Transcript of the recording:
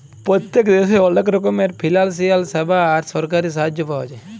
পত্তেক দ্যাশে অলেক রকমের ফিলালসিয়াল স্যাবা আর সরকারি সাহায্য পাওয়া যায়